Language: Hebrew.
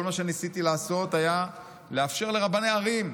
כל מה שניסיתי לעשות היה לאפשר לרבני ערים,